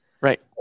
right